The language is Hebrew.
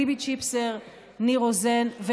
ליבי צ'יפסר וניר רוזן,